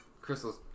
crystals